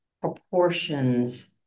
proportions